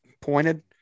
pointed